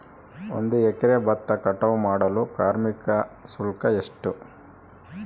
ಒಂದು ಎಕರೆ ಭತ್ತ ಕಟಾವ್ ಮಾಡಲು ಕಾರ್ಮಿಕ ಶುಲ್ಕ ಎಷ್ಟು?